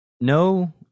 no